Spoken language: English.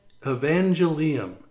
evangelium